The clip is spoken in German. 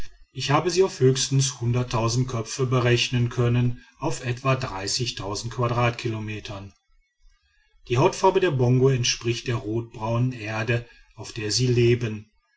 ich habe sie auf höchstens köpfe berechnen können auf etwa quadratkilometern die hautfarbe der bongo entspricht der rotbraunen erde auf der sie leben